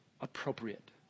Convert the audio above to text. appropriate